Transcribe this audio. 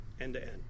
end-to-end